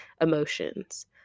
emotions